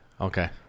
Okay